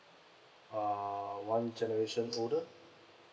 uh one generation older